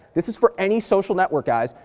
this is for any social network, guys.